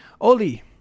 Oli